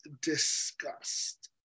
discussed